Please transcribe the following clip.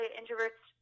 introverts